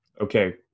okay